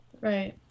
Right